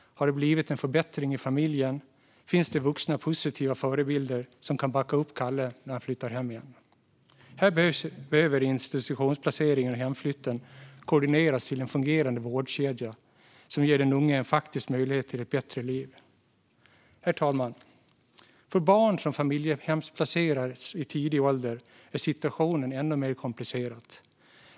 Har det blivit en förbättring i familjen? Finns det vuxna positiva förebilder som kan backa upp Kalle när han flyttar hem igen? Här behöver institutionsplaceringen och hemflytten koordineras till en fungerande vårdkedja som ger den unge en faktisk möjlighet till ett bättre liv. Herr talman! För barn som familjehemsplaceras i tidig ålder är situationen ännu mer komplicerad.